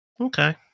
Okay